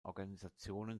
organisationen